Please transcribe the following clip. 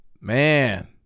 Man